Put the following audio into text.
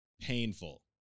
Painful